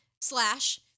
slash